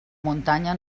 muntanya